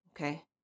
Okay